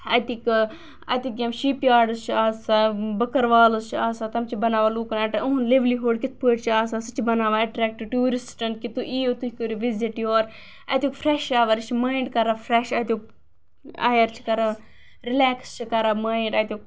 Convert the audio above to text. اَتِکۍ اَتِکۍ یِم شیٚپ یاڑٕس چھِ آسان بٔکروالز چھِ آسان تِم چھِ بناوان لوکَن اَٹریکٹِو اُہُند لِیٚولی ہُڑ کِتھ پٲٹھۍ چھُ آسان سُہ چھُ بناوان اَٹریکٹِو ٹورِسٹن کہِ تُہۍ یِیو تُہۍ کٔرو وِزٹ یور اَتیُک فریش شاور یہِ چھُ ماینٛڑ کَران فریش اَتِیُک اَیَر چھُ کَران رِلیکس چھُ کَران ماینٛڑ اَتِیُک